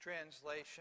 translation